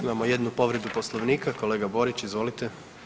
Imamo jednu povredu Poslovnika kolega Borić, izvolite.